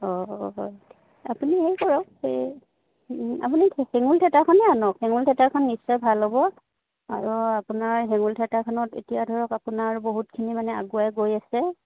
অঁ হয় আপুনি হেৰি কৰক সেই আপুনি হেঙুল থিয়েটাৰখনে আনক হেঙুল থিয়েটাৰখন নিশ্চয় ভাল হ'ব আৰু আপোনাৰ হেঙুল থিয়েটাৰখনত এতিয়া ধৰক আপোনাৰ বহুতখিনি মানে আগুৱাই গৈ আছে